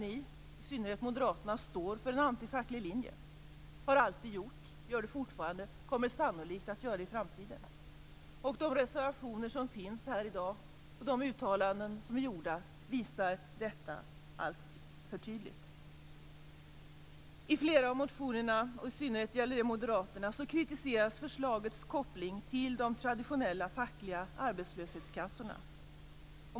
I synnerhet Moderaterna står för en antifacklig linje: har alltid gjort det, gör det fortfarande och kommer sannolikt att göra det i framtiden. De reservationer som finns och de uttalanden som har gjorts här i dag visar detta alltför tydligt. I flera av motionerna, och i synnerhet Moderaternas motioner, kritiseras förslagets koppling till de traditionella fackliga arbetslöshetskassorna.